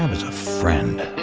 as a friend.